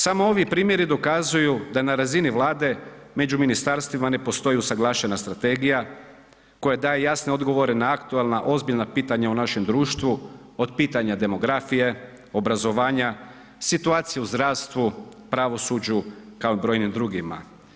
Samo ovi primjeri dokazuju da na razini Vlade, među ministarstvima ne postoji usuglašena strategija koja daje jasne odgovore na aktualna, ozbiljna pitanja u našem društvu, od pitanje demografije, obrazovanja, situacije u zdravstvu, pravosuđu kao i brojnim drugima.